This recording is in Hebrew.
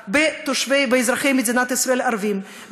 הפגיעה בתושבי ואזרחי מדינת ישראל הערבים,